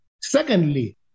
Secondly